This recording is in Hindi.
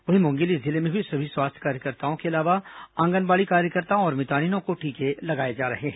वहीं मुंगेली जिले में भी सभी स्वास्थ्य कार्यकर्ताओं के अलावा आंगनबाड़ी कार्यकर्ताओं और मितानिनों को टीके लगाए जा रहे हैं